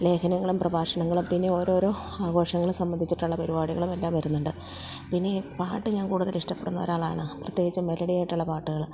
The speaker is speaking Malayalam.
ലേഖനങ്ങളും പ്രഭാഷണങ്ങളും പിന്നെ ഓരോരോ ആഘോഷങ്ങളെ സംബന്ധിച്ചിട്ടുള്ള പരിപാടികളുമെല്ലാം വരുന്നുണ്ട് പിന്നെ പാട്ട് ഞാന് കൂടുതൽ ഇഷ്ടപ്പെടുന്നൊരാളാണ് പ്രത്യേകിച്ചും മെലഡി ആയിട്ടുള്ള പാട്ടുകള്